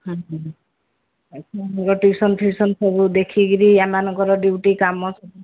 ହୁଁ ହୁଁ ପିଲା ଟ୍ୟୁସନ୍ ଫ୍ୟୁସନ୍ ସବୁ ଦେଖିକିରି ଆମମାନଙ୍କର ଡ୍ୟୁଟି କାମ ସବୁ